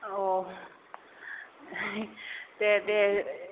औ दे दे